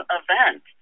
event